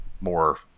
more